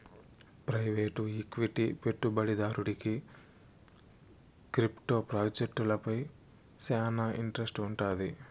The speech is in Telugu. ప్రైవేటు ఈక్విటీ పెట్టుబడిదారుడికి క్రిప్టో ప్రాజెక్టులపై శానా ఇంట్రెస్ట్ వుండాది